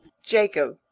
Jacob